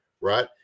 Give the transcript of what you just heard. right